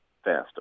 faster